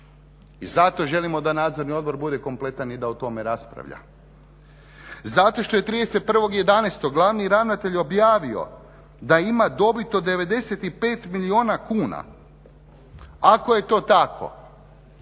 i zato želimo da Nadzorni odbor bude kompletan i da o tome raspravlja. Zato što je 31.11. glavni ravnatelj objavio da ima dobit od 95 milijuna kuna, ako je to tako